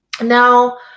Now